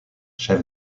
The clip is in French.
chef